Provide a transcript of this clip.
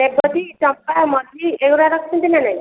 ସେବତୀ ଚମ୍ପା ମଲ୍ଲୀ ଏଗୁଡ଼ା ରଖିଛନ୍ତି ନା ନାହିଁ